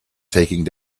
taking